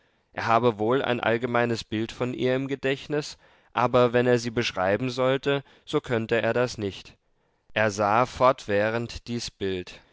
er habe wohl ein allgemeines bild von ihr im gedächtnis aber wenn er sie beschreiben sollte so könnte er das nicht er sah fortwährend dies bild